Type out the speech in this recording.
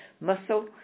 muscle